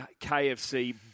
KFC